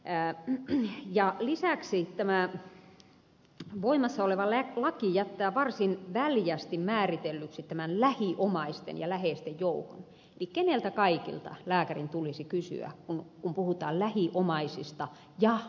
lisäksi kun tämä voimassa oleva laki jättää varsin väljästi määritellyksi tämän lähiomaisten ja läheisten joukon niin keneltä kaikilta lääkärin tulisi kysyä kun puhutaan lähiomaisista ja läheisistä